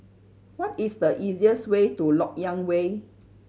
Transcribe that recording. what is the easiest way to Lok Yang Way